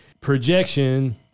projection